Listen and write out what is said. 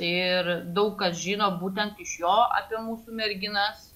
ir daug kas žino būtent iš jo apie mūsų merginas